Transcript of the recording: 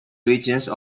region